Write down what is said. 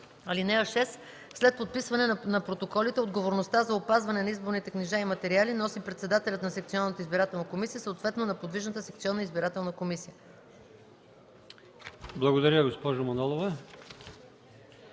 (6) След подписване на протоколите отговорността за опазване на изборните книжа и материали носи председателят на секционната избирателна комисия, съответно на подвижната секционна избирателна комисия.” ПРЕДСЕДАТЕЛ